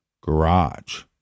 garage